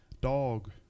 dog